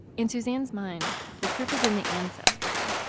in suzanne's mind, the proof is in the ancestry.